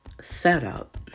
setup